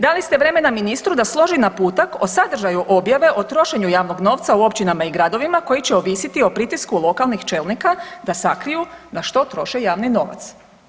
Dali ste vremena ministru da složi naputak o sadržaju objave o trošenju javnog novca u općinama i gradovima koji će ovisiti o pritisku lokalnih čelnika da sakriju na što troše javni novac.